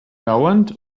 dauernd